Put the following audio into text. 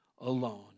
alone